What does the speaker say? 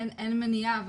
אין מניעה.